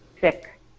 sick